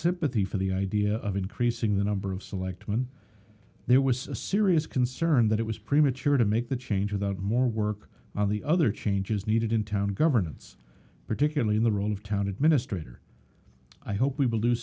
sympathy for the idea of increasing the number of selectmen there was a serious concern that it was premature to make that change without more work on the other changes needed in town governance particularly in the role of town administrator i hope we will do